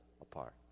apart